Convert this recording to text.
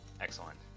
Excellent